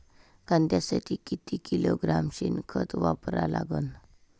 कांद्यासाठी किती किलोग्रॅम शेनखत वापरा लागन?